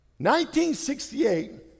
1968